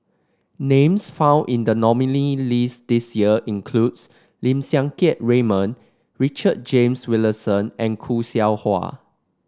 names found in the nominee' list this year includes Lim Siang Keat Raymond Richard James Wilkinson and Khoo Seow Hwa